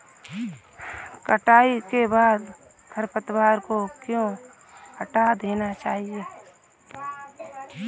कटाई के बाद खरपतवार को क्यो हटा देना चाहिए?